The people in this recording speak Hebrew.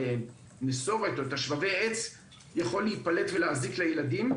הנסורת או את שבבי העץ יכול להיפלט ולהזיק לילדים.